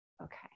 Okay